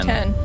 Ten